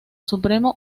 supremo